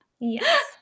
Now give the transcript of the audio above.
Yes